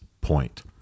point